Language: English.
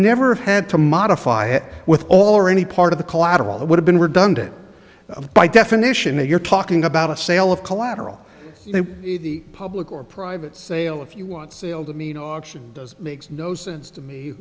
never had to modify it with all or any part of the collateral that would have been redundant by definition that you're talking about a sale of collateral in the public or private sale if you want to sell them you know auction does makes no sense to me